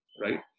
right